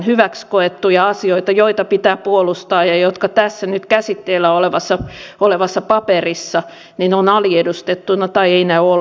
hyväksi koettuja asioita joita pitää puolustaa ja jotka tässä nyt käsitteillä olevassa paperissa ovat aliedustettuina tai eivät näy ollenkaan